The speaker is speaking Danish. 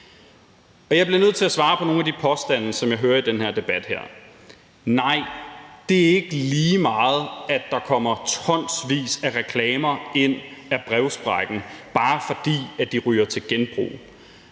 Jeg bliver nødt til at svare på nogle af de her påstande, som jeg hører i den her debat her. Nej, det er ikke lige meget, at der kommer tonsvis af reklamer ind af brevsprækken, bare fordi de ryger til genbrug.